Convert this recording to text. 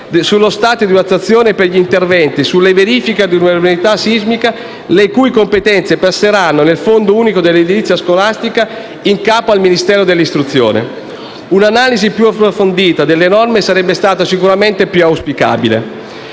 sullo stato di attuazione per gli interventi sulle verifiche di vulnerabilità sismica, le cui competenze passeranno nel fondo unico dell'edilizia scolastica, in capo al Ministero dell'istruzione. Un'analisi più approfondita delle norme sarebbe stata sicuramente auspicabile.